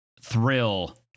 thrill